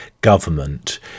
government